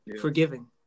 forgiving